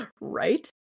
Right